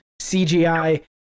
CGI